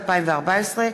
אלעזר שטרן,